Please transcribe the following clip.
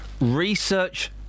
Research